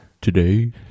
Today